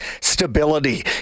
stability